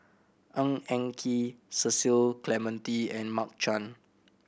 Ng Eng Kee Cecil Clementi and Mark Chan